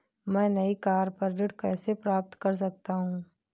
मैं नई कार पर ऋण कैसे प्राप्त कर सकता हूँ?